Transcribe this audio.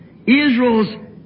Israel's